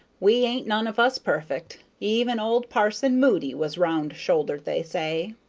we ain't none of us perfect even old parson moody was round-shouldered, they say.